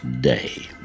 day